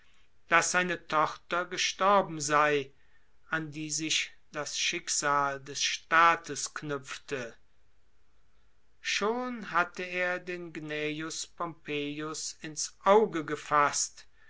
daß seine tochter gestorben sei an die sich das schicksal des staates knüpfte schon hatte er den cnejus pompejus in's auge gefaßt